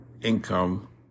income